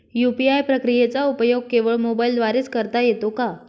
UPI प्रक्रियेचा उपयोग केवळ मोबाईलद्वारे च करता येतो का?